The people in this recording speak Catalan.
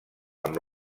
amb